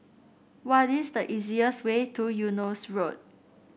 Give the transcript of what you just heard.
what is the easiest way to Eunos Road